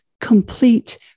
complete